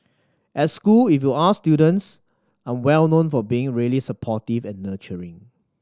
at school if you ask students I'm well known for being really supportive and nurturing